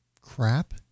crap